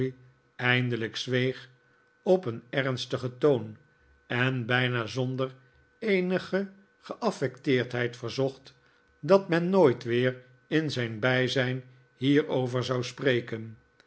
eindelijk zweeg op een ernstigen toon en bijna zonder eenige geaffecteerdheid verzocht dat men nooit weer in zijn bijzijn hierover zou spreken